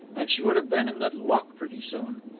and she would have been in the loch pretty soon.